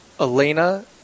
Elena